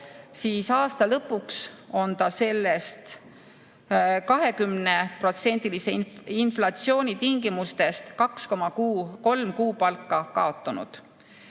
siis aasta lõpuks on ta sellest 20%‑lise inflatsiooni tingimustes 2,3 kuupalka kaotanud.